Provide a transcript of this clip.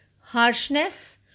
harshness